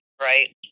right